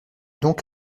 donc